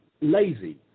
lazy